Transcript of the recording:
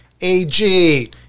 AG